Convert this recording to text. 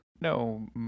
No